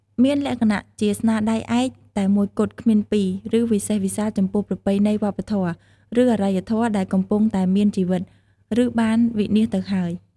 មានលក្ខណៈជាស្នាដៃឯកតែមួយគត់គ្មានពីរ ឬវិសេសវិសាលចំពោះប្រពៃណីវប្បធម៌ ឬអរិយធម៌ដែលកំពុងតែមានជីវិត ឬបានវិនាសទៅហើយ។